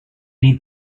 need